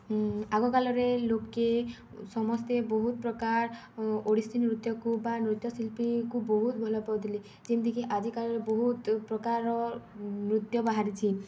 ଆଗକାଳରେ ଲୋକେ ସମସ୍ତେ ବହୁତ ପ୍ରକାର ଓଡ଼ିଶୀ ନୃତ୍ୟକୁ ବା ନୃତ୍ୟଶିଳ୍ପୀଙ୍କୁ ବହୁତ ଭଲ ପାଉଥିଲେି ଯେମିତିକି ଆଜିକାଲିରେ ବହୁତ ପ୍ରକାରର ନୃତ୍ୟ ବାହାରିଛି